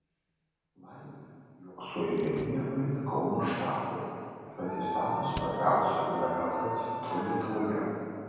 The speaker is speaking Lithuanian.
laimė jog suėmimai nepalietė kauno štabo tad jis tapo svarbiausiu laf centru lietuvoje